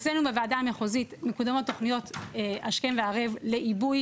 אצלנו בוועדה המחוזית מקודמות תוכניות השכם וערב לעיבוי